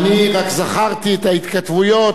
אני רק זכרתי את ההתכתבויות.